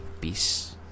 peace